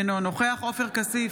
אינו נוכח עופר כסיף,